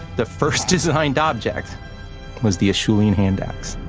the first designed object was the acheulean hand axe